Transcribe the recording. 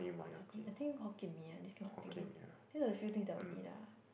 char-kway I think Hokkien Mee ah this kind of thing oh these are the few things I will eat lah